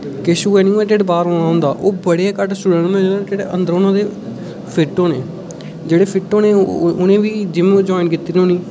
किश होर होने जिं'दा ढिड्ड बाह्र होए दा होंदा ओह् बड़े गै घट्ट स्टुडेंट होने जिं'दा ढिड्ड अंदर होना ते फिट होने जेह्ड़े फिट होने उ'नें बी जिम ज्वाइन कीती दी होनी